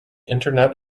internet